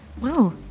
Wow